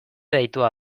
deitua